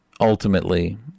ultimately